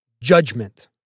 judgment